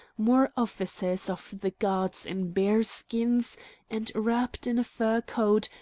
more officers of the guards in bear-skins, and, wrapped in a fur coat,